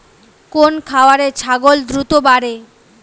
কোন খাওয়ারে ছাগল দ্রুত বাড়ে?